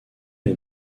les